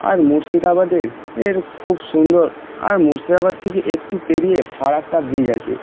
আর মুর্শিদাবাদের এর খুব সুন্দর আর মুর্শিদাবাদ থেকে একটু পেরিয়ে ফারাক্কা ব্রিজ আছে